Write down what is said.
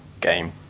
game